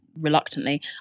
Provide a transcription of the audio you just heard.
reluctantly